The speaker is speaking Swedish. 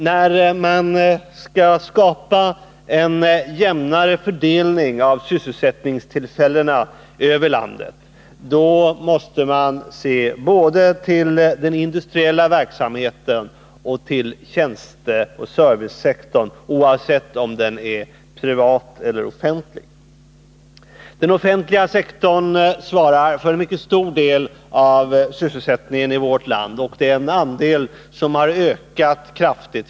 När man skall skapa en jämnare fördelning av sysselsättningstillfällena över landet måste man se både till den industriella verksamheten och till tjänsteoch servicesektorn, oavsett om den är privat eller offentlig. Den offentliga sektorn svarar för en mycket stor del av sysselsättningen i vårt land. Det är också en andel som har ökat kraftigt.